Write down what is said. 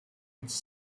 its